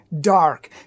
dark